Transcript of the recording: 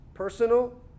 personal